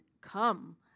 come